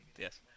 yes